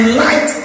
light